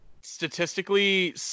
statistically